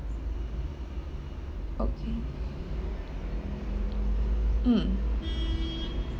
okay mm